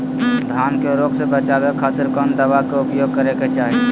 धान के रोग से बचावे खातिर कौन दवा के उपयोग करें कि चाहे?